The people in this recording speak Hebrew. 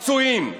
פצועים.